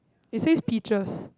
it says pitchers